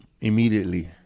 immediately